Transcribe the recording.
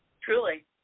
Truly